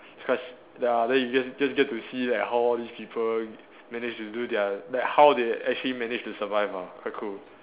cause ya then you just just get to see like how all these people managed to do their like how they actually managed to survive ah quite cool